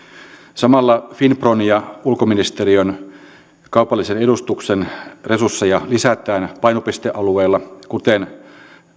samalla finpron ja ulkoministeriön kaupallisen edustuksen resursseja lisätään painopistealueilla kuten